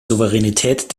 souveränität